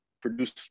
produce